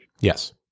Yes